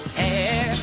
hair